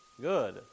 good